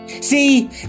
See